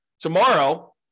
tomorrow